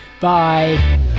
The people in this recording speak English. bye